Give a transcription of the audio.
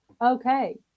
okay